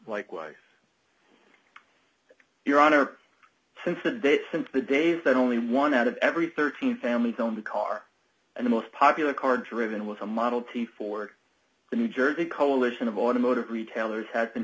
likewise your honor since that day and the day that only one out of every thirteen family go in the car and the most popular car driven with a model t ford the new jersey coalition of automotive retailers had been